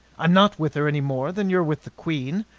i'm not with her any more than you're with the queen,